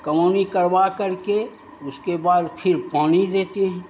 कमौनी करवा करके उसके बाद फिर पानी देते हैं